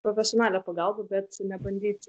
profesionalią pagalbą bet nebandyti